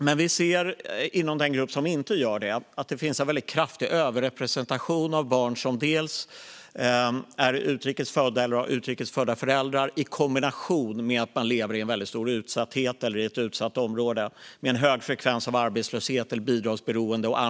Men inom den grupp som inte gör det ser vi att det finns en kraftig överrepresentation av barn som är utrikes födda eller som har utrikes födda föräldrar, i kombination med att de lever i en väldigt stor utsatthet eller i ett utsatt område. Det kan vara en hög frekvens av arbetslöshet eller bidragsberoende.